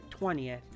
20th